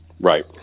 Right